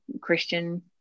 Christian